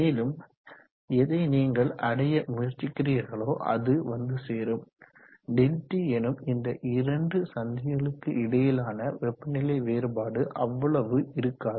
மேலும் எதை நீங்கள் அடைய முயற்சிக்கிறீர்களோ அது வந்து சேரும் Δt எனும் இந்த இரண்டு சந்திகளுக்கு இடையிலான வெப்பநிலை வேறுபாடு அவ்வளவு இருக்காது